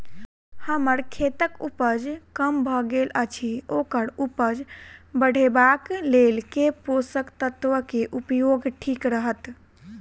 हम्मर खेतक उपज कम भऽ गेल अछि ओकर उपज बढ़ेबाक लेल केँ पोसक तत्व केँ उपयोग ठीक रहत?